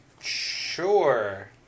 Sure